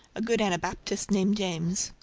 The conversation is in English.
a good anabaptist, named james,